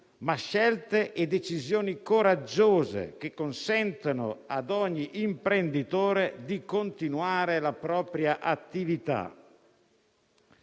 ma scelte e decisioni coraggiose, che consentano a ogni imprenditore di continuare la propria attività.